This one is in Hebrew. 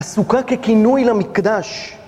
הסוכה ככינוי למקדש.